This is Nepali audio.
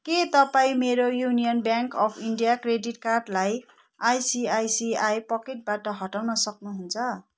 के तपाईँ मेरो union bank of India credit कार्डलाई आइसिआइसिआई पकेटबाट हटाउन सक्नुहुन्छ